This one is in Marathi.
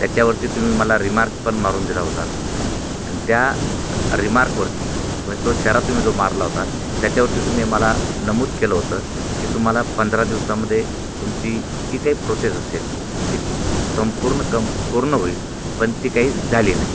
त्याच्यावरती तुम्ही मला रिमार्क पण मारून दिला होता आणि त्या रिमार्कवरती समज तो शहरात तुम्ही जो मारला होता त्याच्यावरती तुम्ही मला नमूद केलं होतं की तुम्हाला पंधरा दिवसामध्ये तुमची जी काही प्रोसेस असेल ती संपूर्ण कम पूर्ण होईल पण ती काही झाली नाही